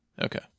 Okay